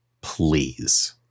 please